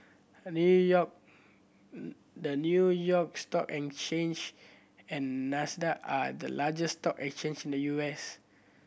New York the New York Stock Exchange and Nasdaq are the largest stock exchange in the U S